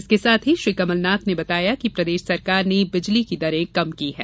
इसके साथ ही श्री कमलनाथ ने बताया कि प्रदेश सरकार ने बिजली की दरें कम की हैं